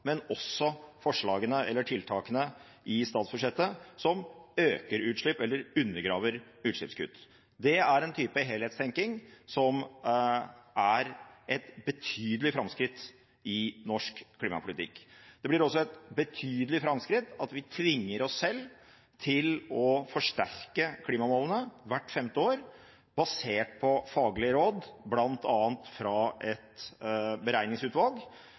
men også forslagene eller tiltakene i statsbudsjettet som øker utslipp eller undergraver utslippskutt. Det er en type helhetstenking som er et betydelig framskritt i norsk klimapolitikk. Det blir også et betydelig framskritt at vi tvinger oss selv til å forsterke klimamålene hvert femte år, basert på faglige råd bl.a. fra et beregningsutvalg